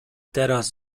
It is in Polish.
teraz